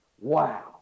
Wow